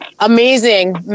Amazing